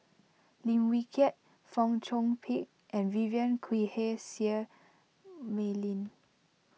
Lim Wee Kiak Fong Chong Pik and Vivien Quahe Seah Mei Lin